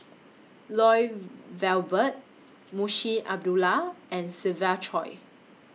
Lloyd Valberg Munshi Abdullah and Siva Choy